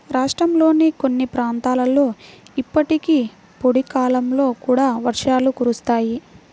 రాష్ట్రంలోని కొన్ని ప్రాంతాలలో ఇప్పటికీ పొడి కాలంలో కూడా వర్షాలు కురుస్తాయి